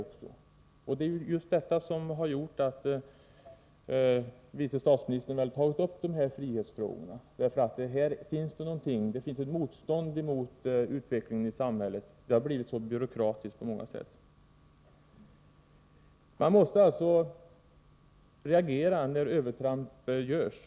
Det är väl just detta som har gjort att vice statsministern tagit upp frihetsfrågorna. Det finns nämligen ett motstånd mot utveckligen i samhället, som har blivit så byråkratiskt på många sätt. Man måste reagera när övertramp görs.